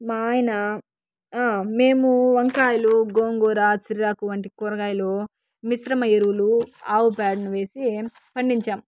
మా ఆయన మేము వంకాయలు గోంగూర వంటి కూరగాయలు మిశ్రమ ఎరువులు ఆవు పేడని వేసి పండించాం